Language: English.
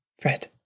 Fred